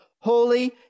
holy